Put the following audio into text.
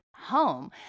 home